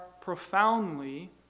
profoundly